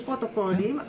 יש פרוטוקולים.